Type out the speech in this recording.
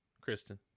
Kristen